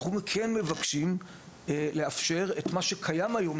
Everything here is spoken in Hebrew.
אנחנו כן מבקשים לאפשר את מה שקיים היום,